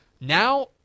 Now